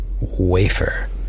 wafer